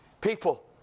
people